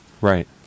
Right